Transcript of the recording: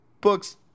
Books